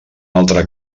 altre